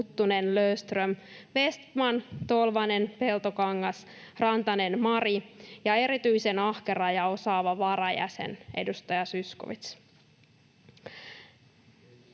Huttunen, Löfström, Vestman, Tolvanen, Peltokangas, Mari Rantanen ja erityisen ahkera ja osaava varajäsen, edustaja Zyskowicz.